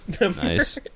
Nice